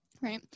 Right